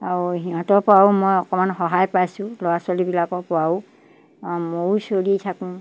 আৰু সিহঁতৰপৰাও মই অকণমান সহায় পাইছোঁ ল'ৰা ছোৱালীবিলাকৰ পৰাও ময়ো চলি থাকোঁ